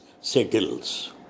settles